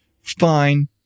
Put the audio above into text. fine